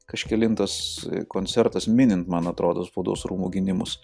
kažkelintas koncertas minint man atrodo spaudos rūmų gynimus